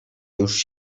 już